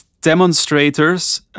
demonstrators